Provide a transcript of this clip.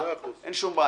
אני עובר להצבעה.